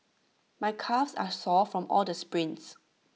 my calves are sore from all the sprints